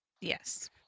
Yes